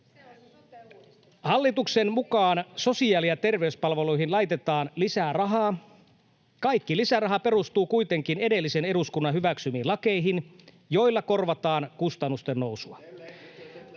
Hallituksen mukaan sosiaali- ja terveyspalveluihin laitetaan lisää rahaa. Kaikki lisäraha perustuu kuitenkin edellisen eduskunnan hyväksymiin lakeihin, joilla korvataan kustannusten nousua.